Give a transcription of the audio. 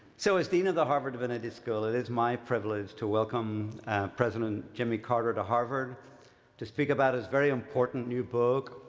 so as dean of the harvard divinity school, it is my privilege to welcome president jimmy carter to harvard to speak about his very important new book,